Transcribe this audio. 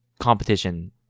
competition